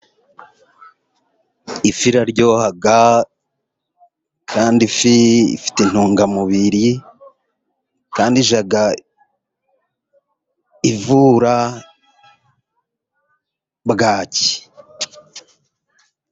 Ifi iraryoha, kandi ifi ifite intungamubiri, kandi ijya ivura bwaki.